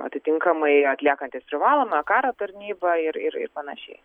atitinkamai atliekantys privalomą karo tarnybą ir ir panašiai